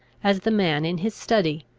as the man in his study,